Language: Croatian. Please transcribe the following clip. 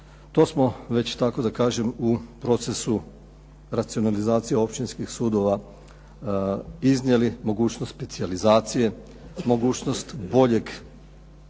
To smo već tako da kažem u procesu racionalizacije općinskih sudova iznijeli mogućnost specijalizacije, mogućnost boljeg